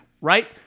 right